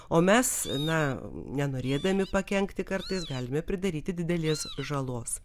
o mes na nenorėdami pakenkti kartais galime pridaryti didelės žalos